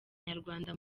nyarwanda